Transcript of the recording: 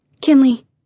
Kinley